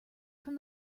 from